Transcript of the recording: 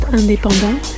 indépendant